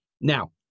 Now